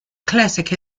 classic